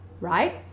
right